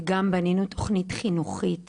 וגם בנינו תוכנית חינוכית